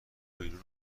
بیرون